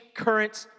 currents